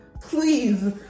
please